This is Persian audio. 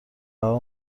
رها